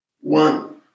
One